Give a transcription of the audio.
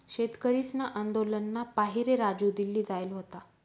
शेतकरीसना आंदोलनना पाहिरे राजू दिल्ली जायेल व्हता